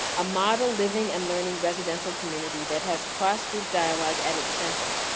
a model living and learning residential community that has cross-group dialogue at its center.